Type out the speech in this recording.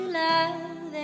love